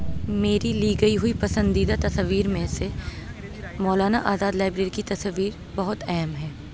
میری لی گئی ہوئی پسندیدہ تصاویر میں سے مولانا آزاد لائبریری کی تصاویر بہت اہم ہے